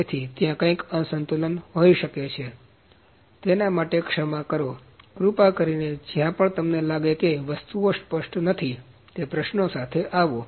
તેથી ત્યાં કંઈક અસંતુલન હોઈ શકે છે તેથી તેના માટે ક્ષમા કરો કૃપા કરીને જ્યા પણ તમને લાગે છે કે વસ્તુઓ સ્પષ્ટ નથી તે પ્રશ્નો સાથે આવો